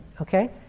okay